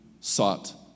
sought